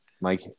Mike